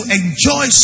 enjoy